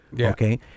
Okay